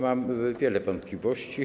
Mam wiele wątpliwości.